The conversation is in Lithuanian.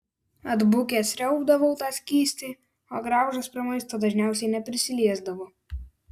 atbukęs sriaubdavau tą skystį o graužas prie maisto dažniausiai neprisiliesdavo